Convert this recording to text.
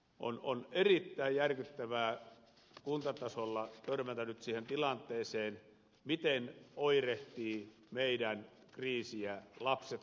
on erittäin järkyttävää kuntatasolla törmätä nyt siihen tilanteeseen miten lapset kouluissa oirehtivat meidän kriisiämme